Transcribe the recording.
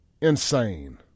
insane